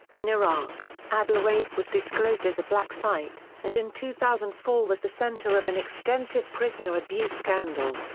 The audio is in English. in iraq, abu ghraib was disclosed as a black site, and in two thousand and four was the center of an extensive prisoner abuse scandal.